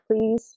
please